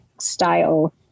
style